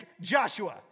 Joshua